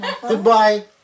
Goodbye